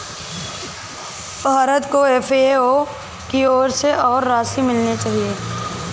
भारत को एफ.ए.ओ की ओर से और राशि मिलनी चाहिए